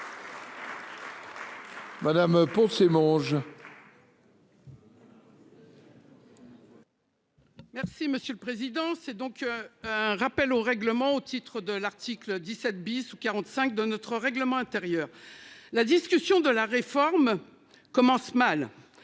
Madame pour ces mange. Merci monsieur le président. C'est donc un rappel au règlement, au titre de l'article 17 bis ou 45 de notre règlement intérieur la discussion de la réforme. Commence mal.